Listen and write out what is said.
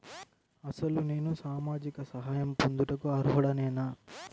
అసలు నేను సామాజిక సహాయం పొందుటకు అర్హుడనేన?